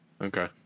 Okay